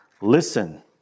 Listen